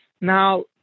Now